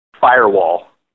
firewall